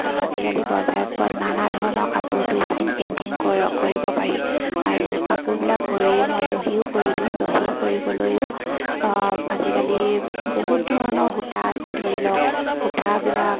আজিকালি বজাৰত পোৱা নানা ধৰণৰ কাপোৰটো স্কিন পেইণ্টিং কৰ কৰিব পাৰি আৰু কাপোৰবিলাক কৰি মই দহিও কৰি দিওঁ দহি কৰিবলৈয়ো আজিকালি বহুত ধৰণৰ সূতা আছে ধৰি লওক সূতাবিলাক